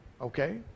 Okay